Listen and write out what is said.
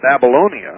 Babylonia